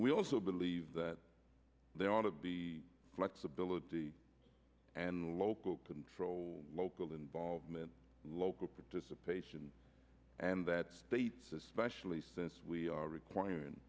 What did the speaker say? we also believe that there ought to be flexibility and local control local involvement local participation and that's specially since we are requiring